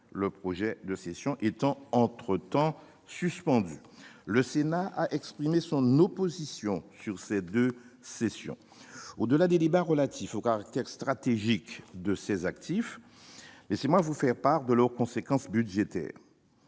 le projet de cession étant entre-temps suspendu. Le Sénat a exprimé son opposition à ces deux cessions. Au-delà des débats relatifs au caractère stratégique de ces actifs, laissez-moi vous faire part des conséquences budgétaires